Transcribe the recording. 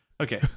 Okay